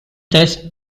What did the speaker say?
this